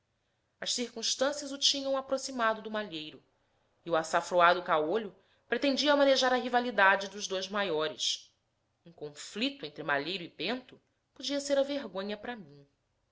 as circunstâncias o tinham aproximado do malheiro e o açafroado caolho pretendia manejar a rivalidade dos dois maiores um conflito entre malheiro e bento podia ser a vergonha para mim